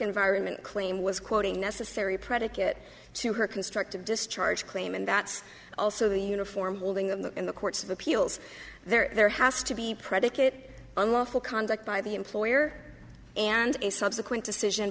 environment claim was quoting necessary predicate to her constructive discharge claim and that's also the uniform holding them in the courts of appeals there has to be predicate unlawful conduct by the employer and a subsequent decision